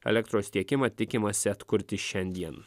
elektros tiekimą tikimasi atkurti šiandien